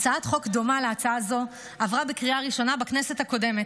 הצעת חוק דומה להצעה הזו עברה בקריאה ראשונה בכנסת הקודמת,